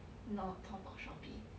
not Taobao Shopee